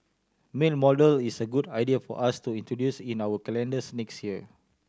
male model is a good idea for us to introduce in our calendars next year